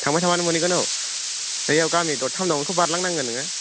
थांबाय थाबानो मोनैगोन औ बैयाव गामि दरथाम दं बेखौ बारलांनांगोन नोङो